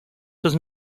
does